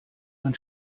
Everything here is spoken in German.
man